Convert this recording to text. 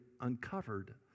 uncovered